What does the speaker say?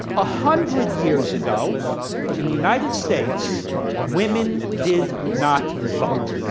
a hundred years ago in the united states women did not vote.